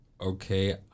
okay